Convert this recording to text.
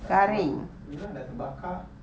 memang ya lah memang dah terbakar